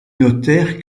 notaire